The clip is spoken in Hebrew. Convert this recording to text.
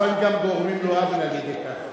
לפעמים גם גורמים לו עוול על-ידי כך.